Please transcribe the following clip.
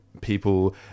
people